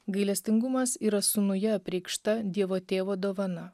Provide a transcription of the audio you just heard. gailestingumas yra sūnuje apreikšta dievo tėvo dovana